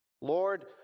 Lord